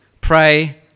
pray